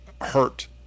hurt